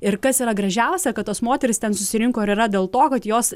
ir kas yra gražiausia kad tos moterys ten susirinko ir yra dėl to kad jos